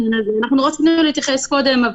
אנחנו רצינו להתייחס קודם,